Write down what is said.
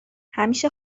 همیشه